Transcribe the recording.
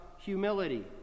humility